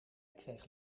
kreeg